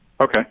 Okay